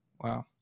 Wow